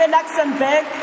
Luxembourg